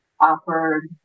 offered